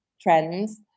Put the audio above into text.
trends